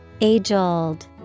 Age-old